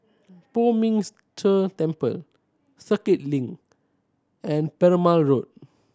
Poh Ming Tse Temple Circuit Link and Perumal Road